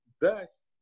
thus